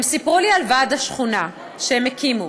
הם סיפרו לי על ועד השכונה שהם הקימו,